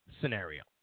scenario